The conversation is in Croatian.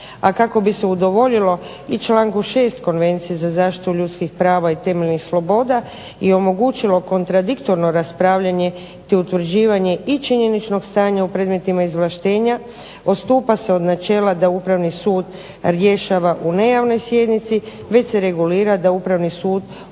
a kako bi se udovoljilo i članku 6. Konvencije za zaštitu ljudskih prava i temeljnih sloboda i omogućilo kontradiktorno raspravljanje te utvrđivanje i činjeničnog stanja u predmetima izvlaštenja odstupa se od načela da upravni sud rješava u nejavnoj sjednici već se regulira da upravni sud odluči